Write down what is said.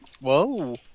whoa